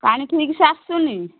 ପାଣି ଠିକ ସେ ଆସୁନି